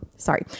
sorry